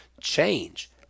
Change